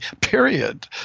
period